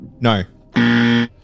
no